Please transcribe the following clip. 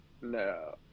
No